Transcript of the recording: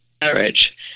marriage